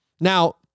Now